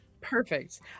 perfect